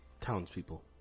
townspeople